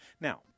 Now